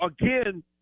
again